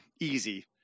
Easy